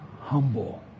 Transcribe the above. humble